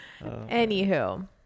Anywho